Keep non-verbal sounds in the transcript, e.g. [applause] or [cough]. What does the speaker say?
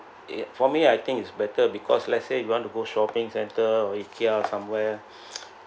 it for me I think it's better because let's say if you want to go shopping centre or Ikea or somewhere [breath]